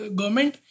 government